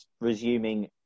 resuming